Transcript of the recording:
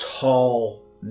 tall